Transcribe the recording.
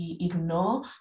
ignore